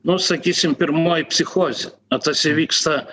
nu sakysim pirmoji psichozė o tas įvyksta